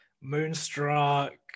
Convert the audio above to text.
Moonstruck